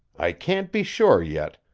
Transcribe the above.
i can't be sure yet,